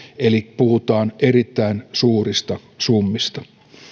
eli puhutaan erittäin suurista summista